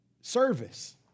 service